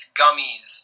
gummies